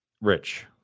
Rich